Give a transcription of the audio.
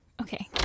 okay